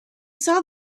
saw